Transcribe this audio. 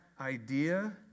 idea